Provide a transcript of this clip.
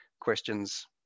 questions